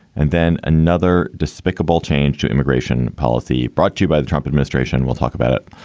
and then another despicable change to immigration policy brought to you by the trump administration. we'll talk about it.